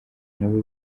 nabo